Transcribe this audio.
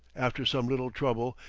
after some little trouble,